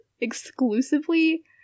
exclusively